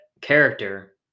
character